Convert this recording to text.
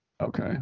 okay